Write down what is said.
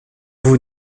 vous